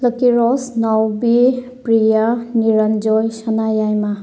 ꯂꯛꯀꯤꯔꯣꯖ ꯅꯥꯎꯕꯤ ꯄ꯭ꯔꯤꯌꯥ ꯅꯤꯔꯟꯖꯣꯏ ꯁꯅꯥꯌꯥꯏꯃ